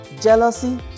jealousy